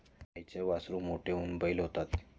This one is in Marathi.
गाईची वासरे मोठी होऊन बैल होतात